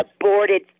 aborted